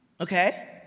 Okay